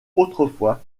autrefois